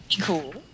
Cool